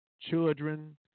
children